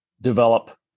develop